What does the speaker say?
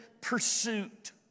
pursuit